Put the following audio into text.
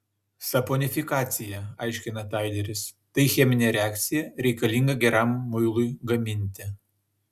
saponifikacija aiškina taileris tai cheminė reakcija reikalinga geram muilui gaminti